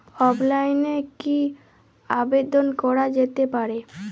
অফলাইনে কি আবেদন করা যেতে পারে?